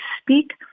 speak